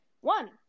one